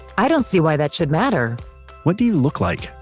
i don't see why that should matter what do you look like?